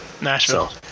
Nashville